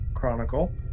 Chronicle